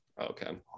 Okay